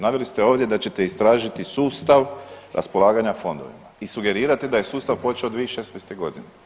Naveli ste ovdje da ćete istražiti sustav raspolaganja fondovima i sugerirate da je sustav počeo 2016. godine.